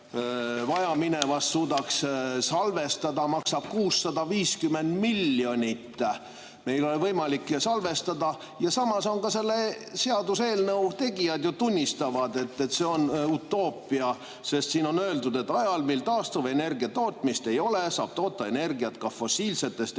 vajaminevast suudaks salvestada, maksab 650 miljonit. Meil ei ole võimalik salvestada. Samas ka selle seaduseelnõu tegijad tunnistavad, et see on utoopia. Siin on öeldud, et ajal, mil taastuvenergia tootmist ei ole, saab toota energiat ka fossiilsetest